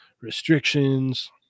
restrictions